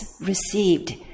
received